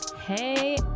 Hey